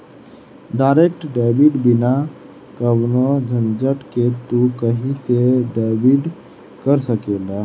direct debit बिना कवनो झंझट के तू कही से डेबिट कर सकेला